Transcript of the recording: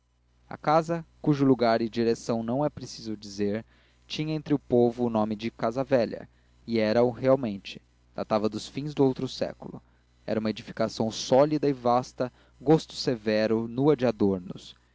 a casa cujo lagar e direção não é preciso dizer tinha entre o povo o nome de casa velha e era o realmente datava dos fins do outro século era uma edificação sólida e vasta gosto severo nua de